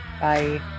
Bye